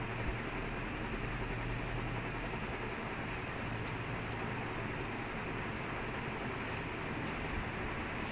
ya it's like the same thing lah like okay let me I haven't okay for have you replied to her reply பண்ணியா:panniyaa